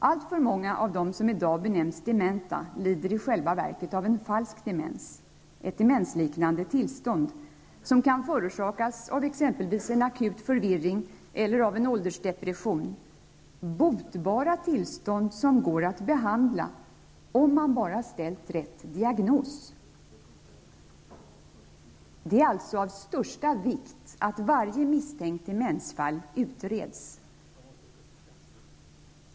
Alltför många av dem som i dag benämns dementa lider i själva verket av en falsk demens, ett demensliknande tillstånd som kan förorsakas av exempelvis en akut förvirring eller av en åldersdepression. Det är botbara tillstånd som går att behandla, om man bara ställt rätt diagnos. Det är alltså av största vikt att varje misstänkt demensfall utreds.